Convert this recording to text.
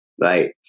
Right